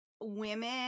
women